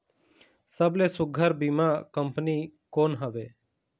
सबले सुघ्घर बीमा कंपनी कोन हवे?